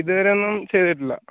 ഇതുവരെ ഒന്നും ചെയ്തിട്ടില്ല